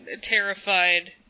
terrified